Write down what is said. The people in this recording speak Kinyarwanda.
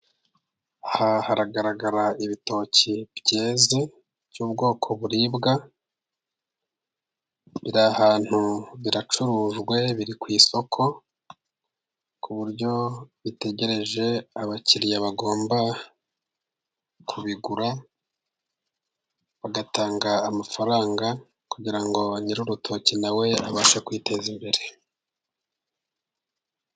Aha haragaragara ibitoki byeze by'ubwoko buribwa biri ahantu biracurujwe biri ku isoko, ku buryo bitegereje abakiriya bagomba kubigura bagatanga amafaranga, kugira ngo nyiri urutoki na we abashe kwiteza imbere.